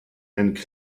and